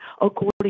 according